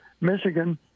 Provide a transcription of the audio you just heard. Michigan